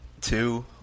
two